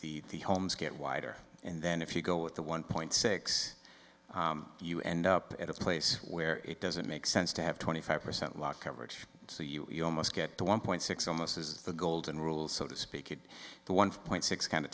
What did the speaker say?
the the homes get wider and then if you go with the one point six you end up at a place where it doesn't make sense to have twenty five percent lock coverage so you almost get to one point six almost is the golden rule so to speak it the one point six kind